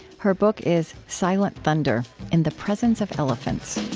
her book is silent thunder in the presence of elephants